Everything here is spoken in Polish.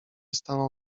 stanął